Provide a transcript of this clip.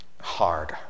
hard